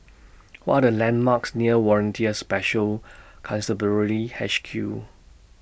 What Are The landmarks near Volunteer Special Constabulary H Q